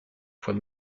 fois